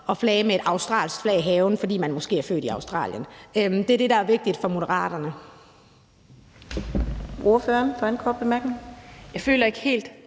at flage med et australsk flag i haven, hvis man måske er født i Australien. Det er det, der er vigtigt for Moderaterne.